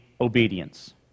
obedience